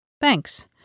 Thanks